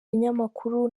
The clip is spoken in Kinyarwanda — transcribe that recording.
binyamakuru